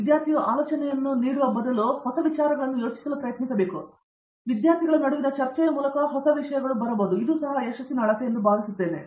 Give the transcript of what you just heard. ಮತ್ತು ವಿದ್ಯಾರ್ಥಿಯು ಆಲೋಚನೆಗಳನ್ನು ನೀಡುವ ಬದಲು ಹೊಸ ವಿಚಾರಗಳನ್ನು ಯೋಚಿಸಲು ಪ್ರಯತ್ನಿಸುತ್ತಿರುವಾಗ ವಿದ್ಯಾರ್ಥಿಗಳ ನಡುವಿನ ಚರ್ಚೆಯ ಮೂಲಕ ಬರುತ್ತಿದೆ ಅದು ಯಶಸ್ಸಿನ ಅಳತೆ ಎಂದು ನಾನು ಭಾವಿಸುತ್ತೇನೆ